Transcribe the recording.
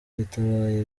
bitabaye